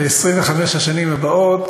ב-25 השנים הבאות,